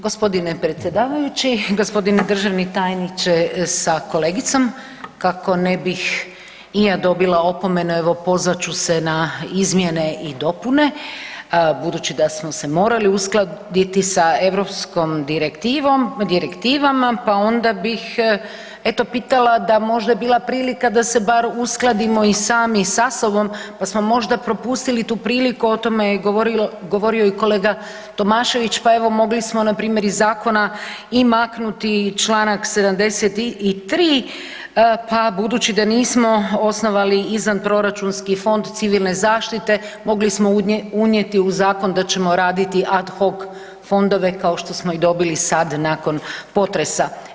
Gospodine predsjedavajući, gospodine državni tajniče sa kolegicom kako ne bih i ja dobila opomenu, evo pozvat ću se na izmjene i dopune, budući da smo se morali uskladiti sa europskom direktivom, direktivama, pa onda bih eto pitala da možda je bila prilika da se bar uskladimo i sami sa sobom pa smo možda propustili tu priliku, o tome je govorio i kolega Tomašević, pa evo mogli smo npr. iz zakona i maknuti Članak 73. pa budući da nismo osnovali izvanproračunski fond civilne zaštite, mogli smo unijeti u zakon da ćemo raditi ad hoc fondove kao što smo i dobili sad nakon potresa.